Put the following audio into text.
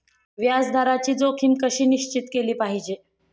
व्याज दराची जोखीम कशी निश्चित केली पाहिजे